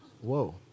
Whoa